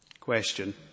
Question